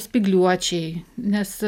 spygliuočiai nes